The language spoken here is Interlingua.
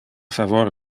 favor